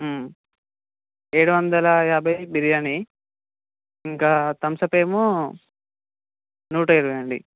ఏడు వందల యాభై బిర్యానీ ఇంకా థమ్స్ అప్ ఏమో నూట ఇరవై అండి